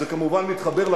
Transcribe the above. אנחנו אכן החלטנו להשקיע,